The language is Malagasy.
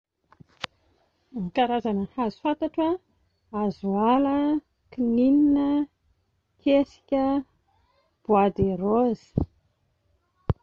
Ny karazana hazo fantatro a: hazoala, kininina, kesika, bois de rose